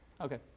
Okay